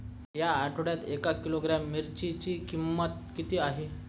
या आठवड्यात एक किलोग्रॅम मिरचीची किंमत किती आहे?